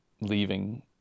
leaving